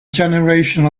generation